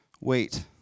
Wait